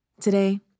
Today